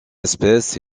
espèce